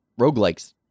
Roguelikes